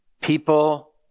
People